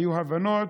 היו הבנות,